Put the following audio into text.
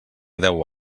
deu